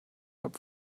habe